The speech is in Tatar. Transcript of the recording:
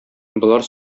болар